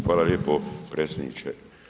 Hvala lijepo predsjedniče.